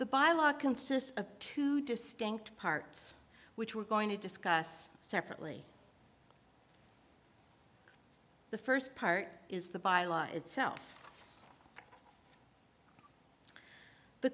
the bylaw consists of two distinct parts which were going to discuss separately the first part is the by law itself the